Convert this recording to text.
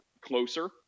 closer